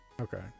okay